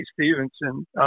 Stevenson